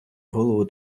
голову